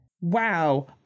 Wow